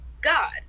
god